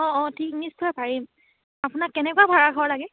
অঁ অঁ ঠিক নিশ্চয় পাৰিম আপোনাক কেনেকুৱা ভাড়া ঘৰ লাগে